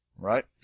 Right